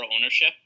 ownership